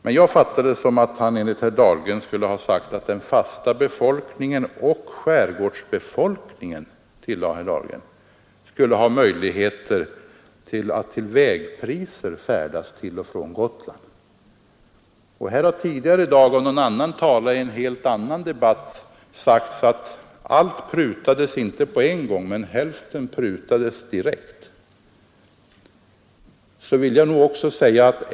Men jag fattade av herr Dahlgren att partiledaren skulle ha sagt att den fasta befolkningen — och skärgårdsbefolkningen, tillade herr Dahlgren — skulle ha möjligheter att till vägpriser färdas till och från Gotland. Tidigare i dag har en annan talare i en helt annan debatt sagt att mycket prutades ej men hälften prutades genast.